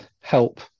help